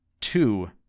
two